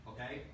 Okay